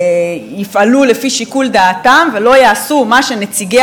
יפעלו לפי שיקול דעתם ולא יעשו מה שנציגי